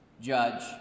judge